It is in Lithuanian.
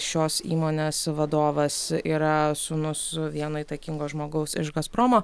šios įmonės vadovas yra sūnus vieno įtakingo žmogaus iš gazpromo